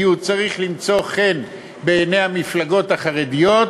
כי הוא צריך למצוא חן בעיני המפלגות החרדיות,